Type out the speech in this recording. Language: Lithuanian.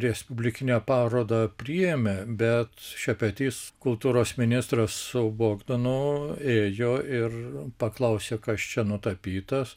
respublikinę parodą priėmė bet šepetys kultūros ministras su bogdanu ėjo ir paklausė kas čia nutapytas